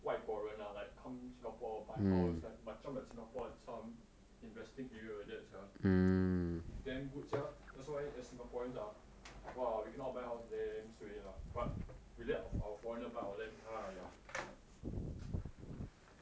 外国人啊 like come singapore buy house like macam like singapore like some investing area like that sia damn good sia that's why the singaporeans ah !wah! we cannot buy house damn suay lah but we let our foreigners buy our land !aiya!